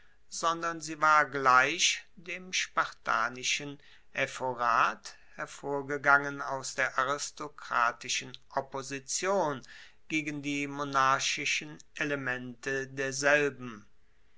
sondern sie war gleich dem spartanischen ephorat hervorgegangen aus der aristokratischen opposition gegen die monarchischen elemente derselben